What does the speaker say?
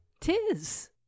tis